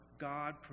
God